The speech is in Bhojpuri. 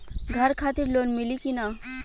घर खातिर लोन मिली कि ना?